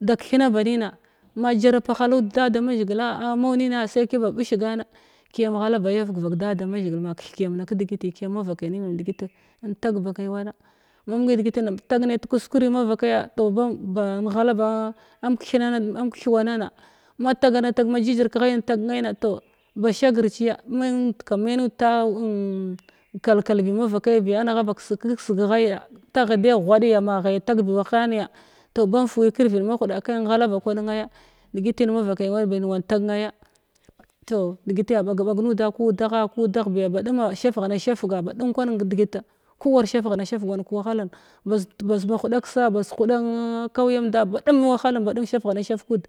da kethna ba nima ma jarab halud da da mazhigila ah mau nima sai ki ba ɓish gana kiyam ghala ma keethkiyamna kedigit kiyam mavakai nimyam degit vakai wana ma mang ne degiti intagne tekuskuri mavakaya toh ne tekuskuri mavakaya toh bam-ba ingha ba an kethan am keth wanana matagana tag ma jijir kaghayim tagnaina toh ba shagr ciya man-man mai nud ta nnn-kalkal bi mavakai biya angha ba kesa ken keseg ghaya taghde ghuand ya toh bam fuwi kirvid mahuda kai inghala ba kwan nenaya degit in mavakai ne bin wan tag naya toh degit ya ɓaga ɓag nuda nu udagha ku udagh biya baɗuma shafghana shafga baɗum kwamen ke digita ku war shafghna shafa wan kawahalan baz baz ma huda kesa baz huɗann kauyamnda baɗum wahalan baɗum shafghna shafg kud.